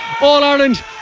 All-Ireland